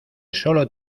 sólo